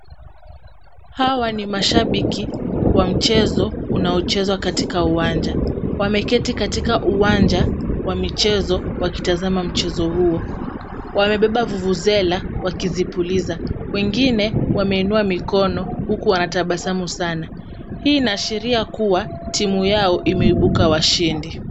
Hawa ni mashabiki wa mchezo unaochezwa katika uwanja. Wameketi katika uwanja wa michezo wakitazama mchezo huo. Wamebeba vuvuzela wakizipuliza. Wengine wameinua mikono huku wanatabasamu sana. Hii inaashiiria kuwa timu yao imeibuka washindi.